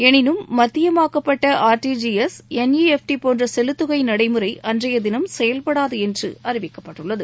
எனினும் மத்தியமாக்கப்பட்ட RTGS N E F T போன்ற செலுத்துகை நடைமுறை அன்றைய தினம் செயல்படாது என்று அறிவிக்கப்பட்டுள்ளது